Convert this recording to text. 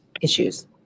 issues